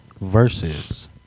versus